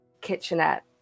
kitchenette